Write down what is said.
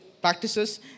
practices